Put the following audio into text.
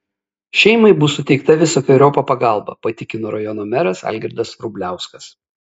šeimai bus suteikta visokeriopa pagalba patikino rajono meras algirdas vrubliauskas